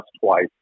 twice